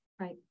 right